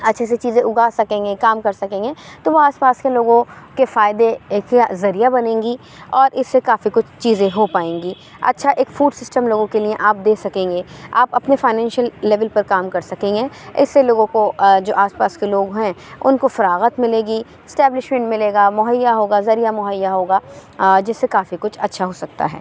اچھی اچھی چیزیں اگا سکیں گے کام کر سکیں گے تو وہ آس پاس کے لوگوں کے فائدے کے ذریعہ بنے گی اور اس سے کافی کچھ چیزیں ہو پائیں گی اچھا ایک فوڈ سسٹم لوگوں کے لیے آپ دے سکیں گے آپ اپنے فائیننشیل لیول پر کام کر سیکں گے اس سے لوگوں کو جو آس پاس کے لوگ ہیں ان کو فراغت ملے گی اسٹیبلشمینٹ ملے گا مہیا ہوگا ذریعہ مہیا ہوگا جس سے کافی کچھ اچھا ہو سکتا ہے